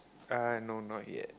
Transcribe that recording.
uh no not yet